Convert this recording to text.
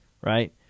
right